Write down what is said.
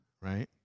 right